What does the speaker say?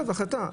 החלטה,